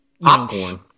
popcorn